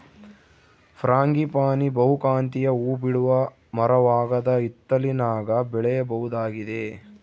frangipani ಬಹುಕಾಂತೀಯ ಹೂಬಿಡುವ ಮರವಾಗದ ಹಿತ್ತಲಿನಾಗ ಬೆಳೆಯಬಹುದಾಗಿದೆ